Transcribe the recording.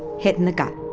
hit in the gut.